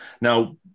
Now